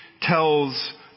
tells